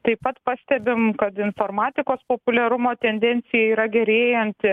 taip pat pastebim kad informatikos populiarumo tendencija yra gerėjanti